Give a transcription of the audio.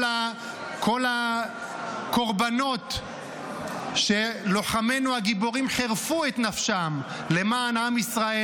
כל הקורבנות שלוחמינו הגיבורים חירפו את נפשם למען עם ישראל,